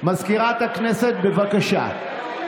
מזכירת הכנסת, בבקשה.